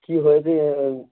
কী হয়েছে